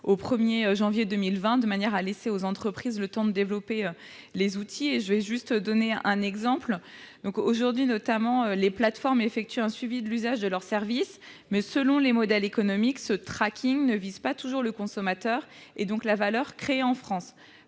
au 1 janvier 2020, de manière à leur laisser le temps de développer les outils nécessaires. Je vais citer un exemple. Aujourd'hui, les plateformes effectuent un suivi de l'usage de leurs services, mais, selon les modèles économiques, ce ne vise pas toujours le consommateur et, donc, la valeur créée en France.